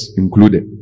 included